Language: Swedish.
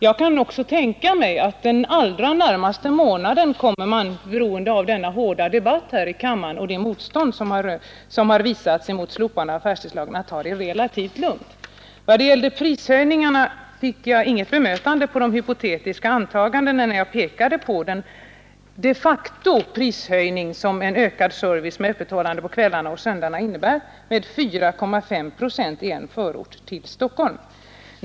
Jag kan också tänka mig att den allra närmaste månaden kommer man — beroende på den hårda debatten här i kammaren och det motstånd som har visats mot slopandet av lagen — att ta det relativt lugnt med söndagsöppet. Vad gällde prishöjningarna fick jag inget svar då jag bemötte påståendet om ”de hypotetiska antagandena”. Jag pekade på den prishöjning som en ökad service med öppethållande på kvällarna och söndagarna de facto har inneburit, nämligen 4,5 procent i en förort till Stockholm.